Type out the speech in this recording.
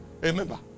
remember